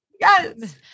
Yes